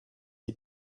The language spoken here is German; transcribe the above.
die